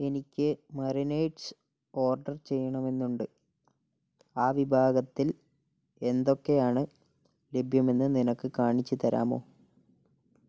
എനിക്ക് marinades order ചെയ്യണമെന്നുണ്ട് ആ വിഭാഗത്തിൽ എന്തൊക്കെയാണ് ലഭ്യമെന്ന് നിനക്ക് കാണിച്ച് തരാമോ